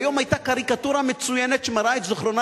היום היתה קריקטורה מצוינת שמראה את זיכרונה